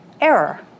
error